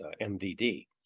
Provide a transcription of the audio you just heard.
MVD